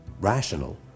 rational